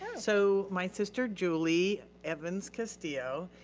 so my sister, julie evans castillo,